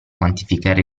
quantificare